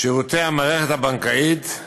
שירותי המערכת הבנקאית,